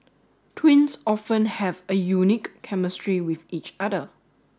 twins often have a unique chemistry with each other